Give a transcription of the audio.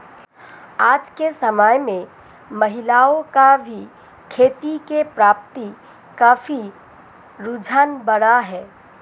आज के समय में महिलाओं का भी खेती के प्रति काफी रुझान बढ़ा है